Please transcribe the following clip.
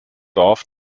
dorf